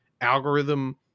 algorithm